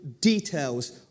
details